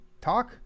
talk